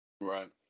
Right